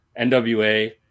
NWA